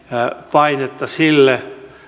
painetta sille